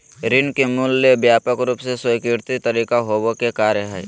ऋण के मूल्य ले व्यापक रूप से स्वीकृत तरीका होबो के कार्य हइ